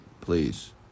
please